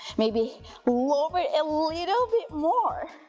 maybe lower a little you know bit more